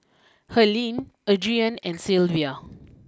Helaine Adrienne and Sylvia